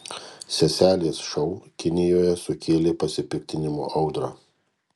seselės šou kinijoje sukėlė pasipiktinimo audrą